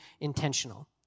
intentional